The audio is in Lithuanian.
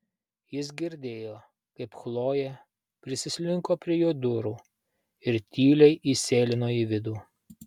jis girdėjo kaip chlojė prislinko prie jo durų ir tyliai įsėlino į vidų